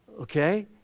Okay